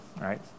right